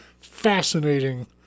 fascinating